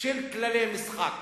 של כללי משחק.